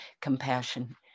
compassion